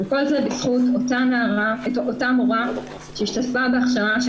וכל זה בזכות אותה מורה שהשתתפה בהכשרה של